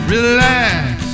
Relax